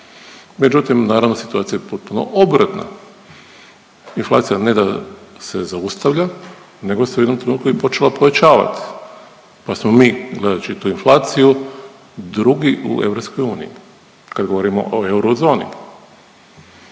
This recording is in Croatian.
Međutim, naravno, situacija je potpuno obratna. Inflacija, ne da se zaustavlja, nego se u jednom trenutku i počela povećavati pa smo mi, gledajući tu inflaciju 2. u EU kad govorimo o eurozoni.